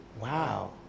Wow